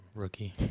rookie